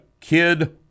kid